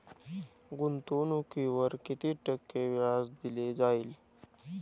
गुंतवणुकीवर किती टक्के व्याज दिले जाईल?